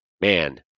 man